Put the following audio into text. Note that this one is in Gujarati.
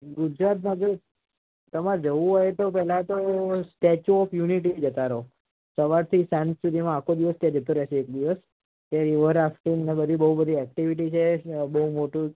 ગુજરાતમાં જો તમારે જવું હોય તો પહેલા તો સ્ટેચ્યુ ઓફ યુનિટી જતા રહો સવારથી સાંજ સુધીમાં આખો દિવસ ત્યાં જતો રહેશે એક દિવસ ત્યાં રિવર રાફ્ટિંગને બહુ બધી એક્ટિવિટી છે બહુ મોટું